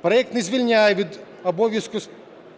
Проект не звільняє від обов'язку